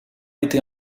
été